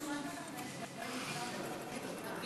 אדוני,